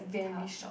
tough one